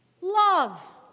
Love